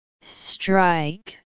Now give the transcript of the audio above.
Strike